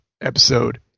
episode